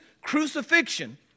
crucifixion